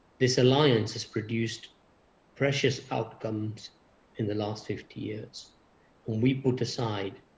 this alliance has produced precious outcomes in the last fifty years when we put aside